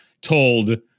told